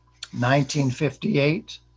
1958